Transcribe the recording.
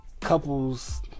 couples